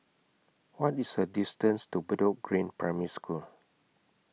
What IS The distance to Bedok Green Primary School